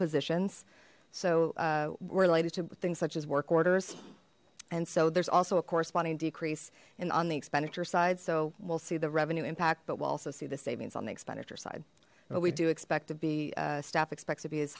positions so we related to things such as work orders and so there's also a corresponding decrease in on the expenditure side so we'll see the revenue impact but we'll also see the savings on the expenditure side well we do expect to be staff expects to be as